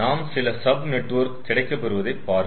நாம் சில sub network கிடைக்கப் பெறுவதை பாருங்கள்